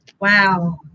Wow